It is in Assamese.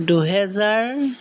দুহেজাৰ